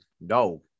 No